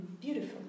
Beautiful